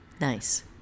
Nice